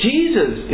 Jesus